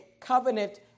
covenant